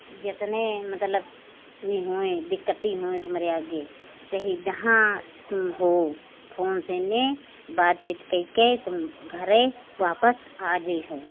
जितना मतलब यह हुआ दिक्कत हुए तुम्हारे आगे चाहे जहाँ तुम हो फ़ोन से ना बातचीत करके तुम घर वापस आ जाओगे